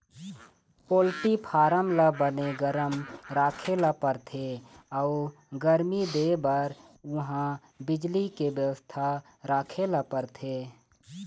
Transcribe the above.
poultry farm ल बने गरम राखे ल परथे अउ गरमी देबर उहां बिजली के बेवस्था राखे ल परथे